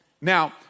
Now